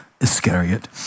Iscariot